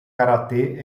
karatê